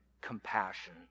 compassion